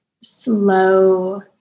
slow